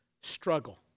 struggle